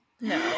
No